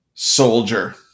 Soldier